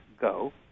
go